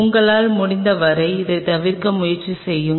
உங்களால் முடிந்தவரை இதை தவிர்க்க முயற்சி செய்யுங்கள்